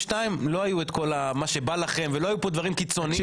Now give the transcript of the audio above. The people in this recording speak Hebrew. לא היו את כל מה שבא לכם ולא היו פה דברים קיצוניים,